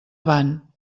avant